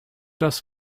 das